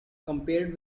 compared